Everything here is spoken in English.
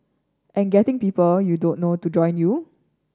and getting people you don't know to join you